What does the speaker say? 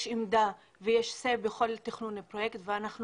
יש עמדה ויש SAY בכל תכנון פרויקט ואנחנו